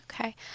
Okay